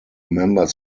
members